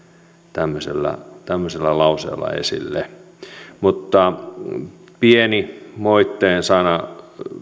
tämmöisellä tämmöisellä lauseella esille mutta myös pieni moitteen sana